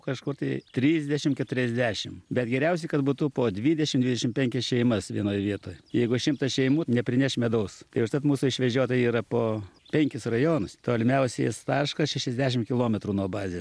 kažkur tai trisdešim keturiasdešim bet geriausiai kad būtų po dvidešim dvidešim penkias šeimas vienoj vietoj jeigu šimtas šeimų neprineš medaus ir užtat mūsų išvežiotojai yra po penkis rajonus tolimiausias taškas šešiasdešim kilometrų nuo bazės